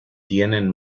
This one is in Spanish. tienen